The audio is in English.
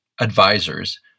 advisors